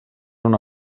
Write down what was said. una